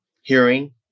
hearing